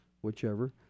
whichever